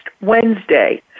Wednesday